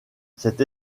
cette